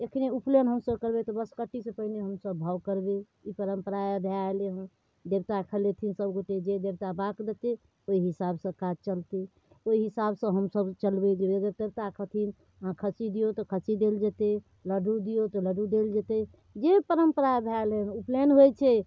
एखनो उपनयन हमसब करबै तऽ बँसकट्टीसँ पहिने हमसब भाव करबै ई परम्परा भए एलैहँ देवता खेलेथिन सब गोटे जे देवता बात बतेथिन ताहि हिसाबसँ काज चलतै ओहि हिसाबसँ हमसब चलबै जे हे देवता कथी खस्सी दिऔ तऽ खस्सी देल जेतै लड्ड़ू दिऔ तऽ लड्डू देल जेतै जे परम्परा भए एलैहँ उपनयन होइत छै